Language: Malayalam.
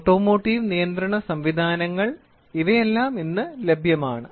ഓട്ടോമോട്ടീവ് നിയന്ത്രണ സംവിധാനങ്ങൾ ഇവയെല്ലാം ഇന്ന് ലഭ്യമാണ്